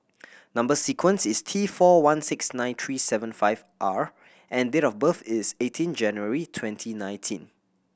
number sequence is T four one six nine three seven five R and date of birth is eighteen January twenty nineteen